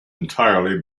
entirely